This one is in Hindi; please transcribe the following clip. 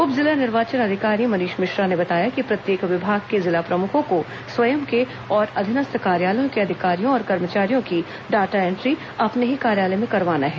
उप जिला निर्वाचन अधिकारी मनीष मिश्रा ने बताया कि प्रत्येक विभाग के जिला प्रमुखों को स्वयं के और अधीनस्थ कार्यालयों के अधिकारियों और कर्मचारियों की डाटा एण्ट्री अपने ही कार्यालय में करवाना है